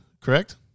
correct